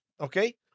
Okay